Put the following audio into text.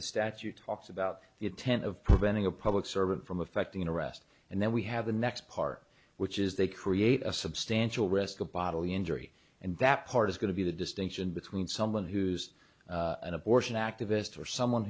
the statute talks about the intent of preventing a public servant from affecting an arrest and then we have the next part which is they create a substantial risk of bodily injury and that part is going to be the distinction between someone who's an abortion activist or someone